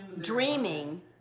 dreaming